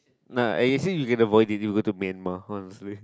nah I say you get a boy deliver to Myanmar honestly